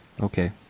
Okay